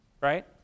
Right